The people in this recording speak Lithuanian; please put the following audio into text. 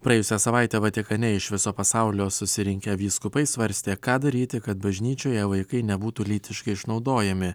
praėjusią savaitę vatikane iš viso pasaulio susirinkę vyskupai svarstė ką daryti kad bažnyčioje vaikai nebūtų lytiškai išnaudojami